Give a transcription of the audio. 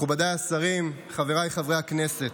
מכובדיי השרים, חבריי חברי הכנסת,